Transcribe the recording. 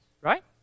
right